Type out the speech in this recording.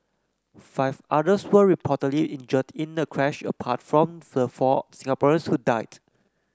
five others were reportedly injured in the crash apart from the four Singaporeans who died